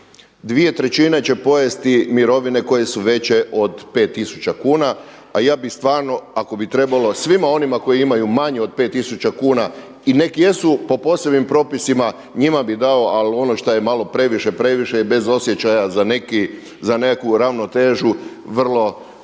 dvije trećine će pojesti mirovine koje su veće od 5 tisuća kuna, a ja bih stvarno ako bi trebalo svima onima koji imaju manje od 5 tisuća i nek jesu po posebnim propisima, njima bih dao, ali ono što je malo previše previše je, bez osjećaja za nekakvu ravnotežu, činimo